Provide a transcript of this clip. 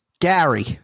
Gary